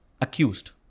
accused